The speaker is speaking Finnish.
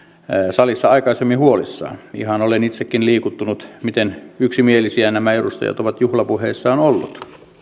salissa aikaisemmin huolissaan ihan olen itsekin liikuttunut siitä miten yksimielisiä nämä edustajat ovat juhlapuheissaan olleet